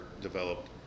developed